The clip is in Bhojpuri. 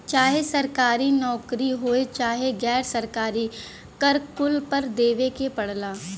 चाहे सरकारी नउकरी होये चाहे गैर सरकारी कर कुल पर देवे के पड़ला